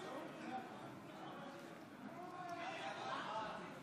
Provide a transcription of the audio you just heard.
הצעת חוק שירות ביטחון (הצבת יוצאי צבא במשטרת ישראל